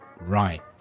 right